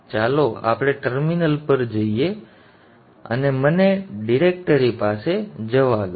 હવે ચાલો આપણે ટર્મિનલ પર જઈએ અને મને ડિરેક્ટરી પાસે જવા દઈએ